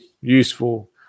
useful